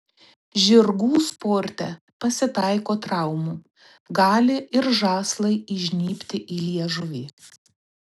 žirgų sporte pasitaiko traumų gali ir žąslai įžnybti į liežuvį